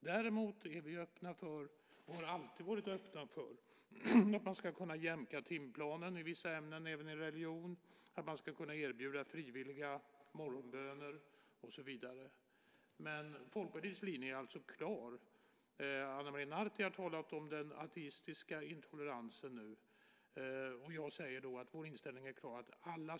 Däremot är vi öppna för, och har alltid varit öppna för, att man ska kunna jämka timplanen i vissa ämnen, även i religion, att man ska kunna erbjuda frivilliga morgonböner och så vidare. Folkpartiets linje är alltså klar. Ana Maria Narti har talat om den ateistiska intoleransen, och jag säger att vår inställning är klar.